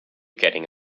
getting